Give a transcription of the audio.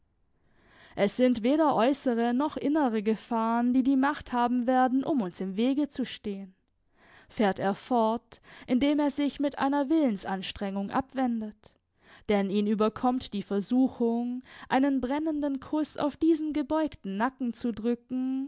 es sind weder äußere noch innere gefahren die die macht haben werden um uns im wege zu stehen fährt er fort indem er sich mit einer willensanstrengung abwendet denn ihn überkommt die versuchung einen brennenden kuß auf diesen gebeugten nacken zu drücken